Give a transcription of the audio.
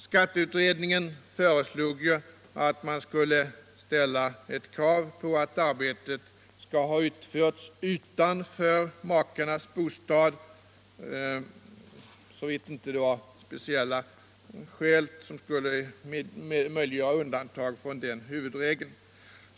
Skatteutredningen föreslog ju att man skulle ställa krav på att arbetet skall ha utförts utanför makarnas bostad, såvitt inte speciella skäl kunde möjliggöra undantag från den huvudregeln.